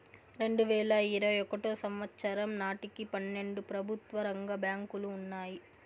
రెండువేల ఇరవై ఒకటో సంవచ్చరం నాటికి పన్నెండు ప్రభుత్వ రంగ బ్యాంకులు ఉన్నాయి